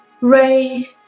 Ray